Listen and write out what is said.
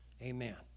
Amen